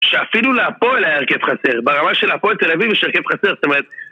שאפילו להפועל היה הרכב חסר, ברמה שלהפועל תל אביב יש הרכב חסר, זאת אומרת...